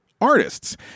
Artists